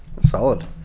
solid